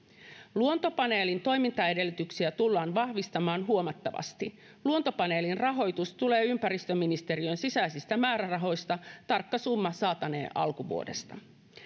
luontopaneelin toimintaedellytyksiä tullaan vahvistamaan huomattavasti luontopaneelin rahoitus tulee ympäristöministeriön sisäisistä määrärahoista tarkka summa saataneen alkuvuodesta